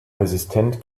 resistent